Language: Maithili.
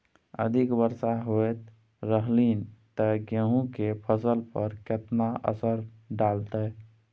अधिक वर्षा होयत रहलनि ते गेहूँ के फसल पर केतना असर डालतै?